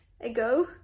ago